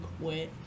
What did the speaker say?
quit